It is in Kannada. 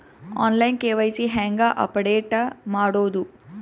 ಆನ್ ಲೈನ್ ಕೆ.ವೈ.ಸಿ ಹೇಂಗ ಅಪಡೆಟ ಮಾಡೋದು?